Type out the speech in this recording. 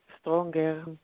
stronger